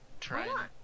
try